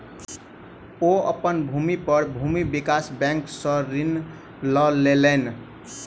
ओ अपन भूमि पर भूमि विकास बैंक सॅ ऋण लय लेलैन